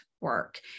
work